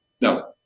No